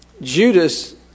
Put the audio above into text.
Judas